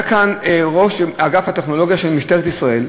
היה כאן ראש אגף הטכנולוגיה של משטרת ישראל,